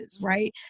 right